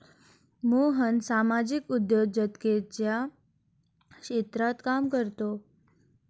मोहन सामाजिक उद्योजकतेच्या क्षेत्रात काम करतो